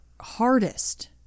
hardest